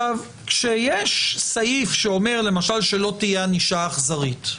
כשיש סעיף שאומר למשל שלא תהיה ענישה אכזרית,